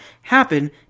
happen